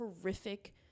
horrific